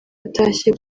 atashye